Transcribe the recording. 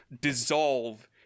dissolve